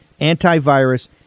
antivirus